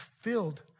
filled